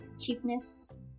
cheapness